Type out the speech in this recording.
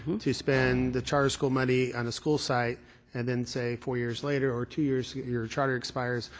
to spend the charter school money on the school site and then say four years later or two years, your charter expires,